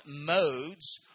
modes